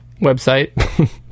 website